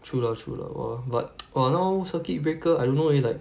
true lah true lah !wah! but !wah! now circuit breaker I don't know eh like